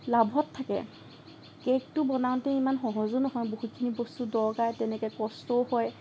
লাভত থাকে কেকটো বনাওঁতে ইমান সহজো নহয় বহুতখিনি বস্তুৰ দৰকাৰ তেনেকে কষ্টও হয়